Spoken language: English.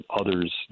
others